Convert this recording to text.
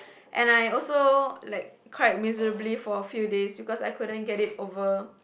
and I also like cried miserably for a few days because I couldn't get it over